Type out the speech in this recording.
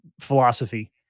philosophy